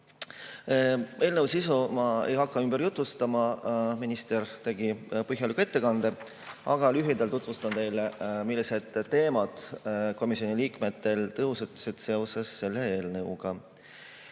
Eelnõu sisu ma ei hakka ümber jutustama, minister tegi põhjaliku ettekande. Lühidalt tutvustan teile, millised teemad komisjoni liikmetel tõusetusid seoses selle